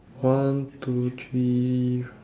one two three